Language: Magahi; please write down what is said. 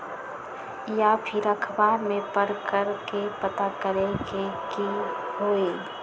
या फिर अखबार में पढ़कर के पता करे के होई?